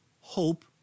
hope